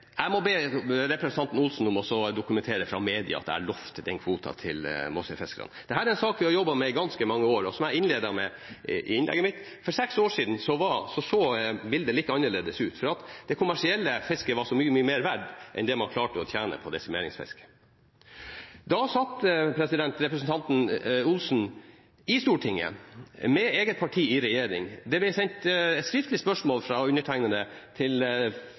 Jeg må be representanten Olsen om å dokumentere fra media at jeg lovde den kvoten til Måsøy-fiskerne. Dette er en sak vi har jobbet med i ganske mange år, og som jeg innledet med i innlegget mitt. For seks år siden så bildet litt annerledes ut. Det kommersielle fisket var så mye mer verdt enn det man klarte å tjene på desimeringsfiske. Da satt representanten Olsen i Stortinget med eget parti i regjering. Det ble sendt skriftlig spørsmål fra undertegnede til